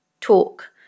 talk